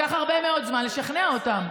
לקח הרבה מאוד זמן לשכנע אותם.